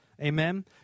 Amen